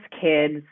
kids